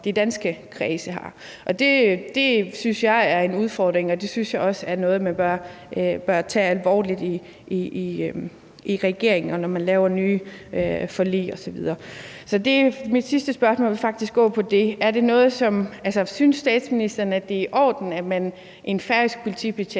Det synes jeg er en udfordring, og det synes jeg også er noget, man bør tage alvorligt i regeringen, og når man laver nye forlig osv. Så mit sidste spørgsmål vil faktisk gå på det. Synes statsministeren, det er i orden, at en færøsk politibetjent